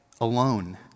alone